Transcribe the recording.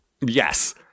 Yes